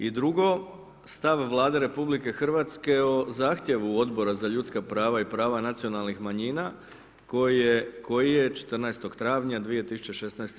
I drugo, stav Vlade RH, o zahtjevu Odbora za ljudska prava i prava nacionalnih manjina koji je 14. travnja 2016.